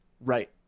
Right